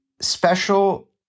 special